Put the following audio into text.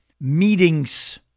meetings